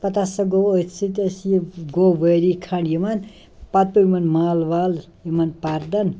پتہٕ ہسا گوٚو أتھۍ سۭتۍ اَسہِ یہِ گوٚو ؤری کھنٛڈ یِمن پتہٕ پیوٚو یِمن مل ول یِمَن پردن